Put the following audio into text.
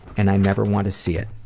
and i never want to see it.